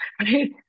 right